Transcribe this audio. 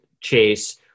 chase